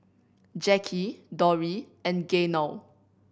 Jacky Dori and Gaynell